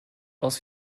aus